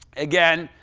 again,